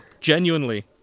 genuinely